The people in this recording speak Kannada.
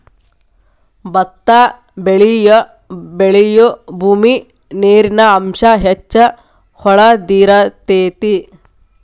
ಬತ್ತಾ ಬೆಳಿಯುಬೂಮಿ ನೇರಿನ ಅಂಶಾ ಹೆಚ್ಚ ಹೊಳದಿರತೆತಿ